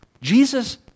Jesus